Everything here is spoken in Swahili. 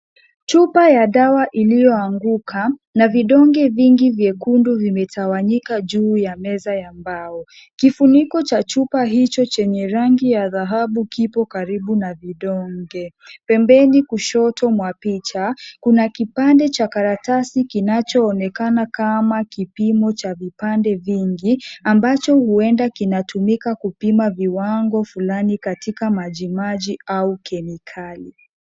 Chupa ya dawa iliyoanguka na vidonge vingi vyekundu vimetawanyika juu ya meza ya mbao. Kifuniko cha chupa hicho chenye rangi ya dhahabu kipo karibu na vidonge. Pembeni kushoto mwa picha kuna kipande cha karatasi kinachoonekana kama kipimo cha vipande vingi ambacho huenda kinatumika kupima viwango fulani katika majimaji au kemikali.